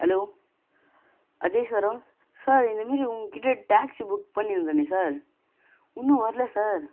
hello Ajay சாரா sir இந்தமாதிரி உங்ககிட்டே டாக்சி புக் பண்ணியிருந்தனே சார் இன்னும் வரலை சார்